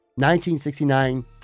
1969